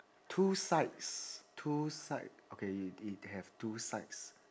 two sides two side okay it it have two sides